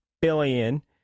billion